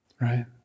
Right